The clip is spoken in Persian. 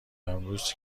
امروز